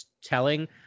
telling